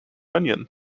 onions